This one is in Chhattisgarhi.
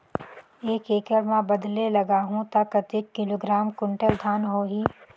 एक एकड़ मां बदले लगाहु ता कतेक किलोग्राम कुंटल धान होही?